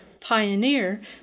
pioneer